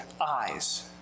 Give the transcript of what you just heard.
eyes